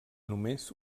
només